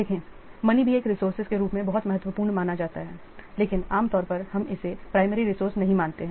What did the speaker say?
देखें मनी भी एक रिसोर्सेज के रूप में बहुत महत्वपूर्ण माना जाता है लेकिन आम तौर पर हम इसे प्राइमरी रिसोर्से नहीं मानते हैं